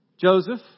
Joseph